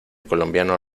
colombiano